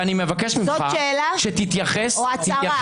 ואני מבקש ממך שתתייחס --- זאת שאלה או הצהרה?